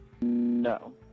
No